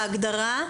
בהגדרה,